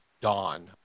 dawn